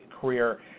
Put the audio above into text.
career –